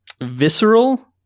visceral